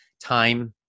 time